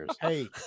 Hey